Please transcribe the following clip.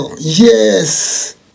Yes